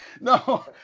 No